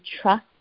trust